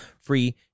free